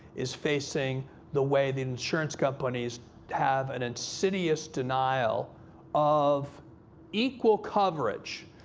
is facing the way the insurance companies have an insidious denial of equal coverage.